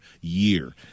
year